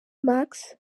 max